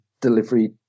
delivery